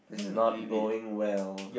this is not going well